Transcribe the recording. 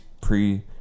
pre